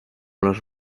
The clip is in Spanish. los